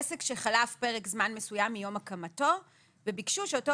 עסק שחלף פרק זמן מסוים מיום הקמתו וביקשו שאותו